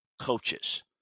coaches